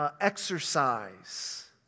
exercise